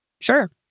Sure